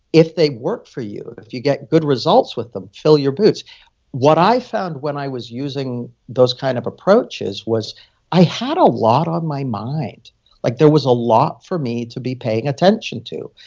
if they work for you, if you get good results with them, fill your boots what i found when i was using those kind of approaches was i had a lot on my mind like there was a lot for me to be paying attention to.